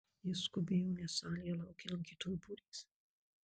jis skubėjo nes salėje laukė lankytojų būrys